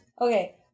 Okay